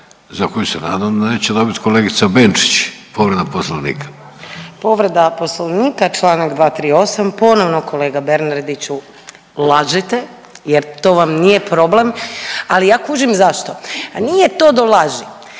za koju se nadam da neće dobit kolegica Benčić. Povreda Poslovnika. **Benčić, Sandra (Možemo!)** Povreda Poslovnika, čl. 238, ponovno, kolega Bernardiću lažete jer to vam nije problem, ali ja kužim zašto. Nije to do laži